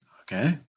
Okay